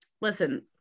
listen